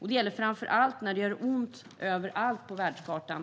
Det gäller framför allt nu när det gör ont överallt på världskartan.